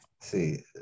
See